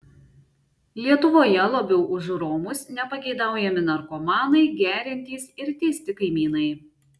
lietuvoje labiau už romus nepageidaujami narkomanai geriantys ir teisti kaimynai